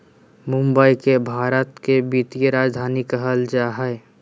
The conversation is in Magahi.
मुंबई के भारत के वित्तीय राजधानी कहल जा हइ